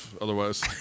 otherwise